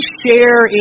share